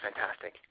fantastic